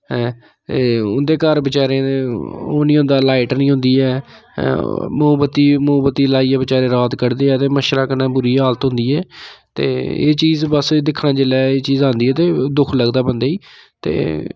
ऐ एह् उं'दे घर बेचारें दे ओह् नी होंदा लाइट नी होंदी ऐ मोमबत्ती मोमबत्ती लाइयै बेचारे रात कड्ढदे ऐ ते मच्छरै कन्नै बुरी हालत होंदी ऐ ते एह् चीज बस दिक्खां जेल्लै एह् चीज आंदी ऐ ते दुक्ख लगदा बंदे गी ते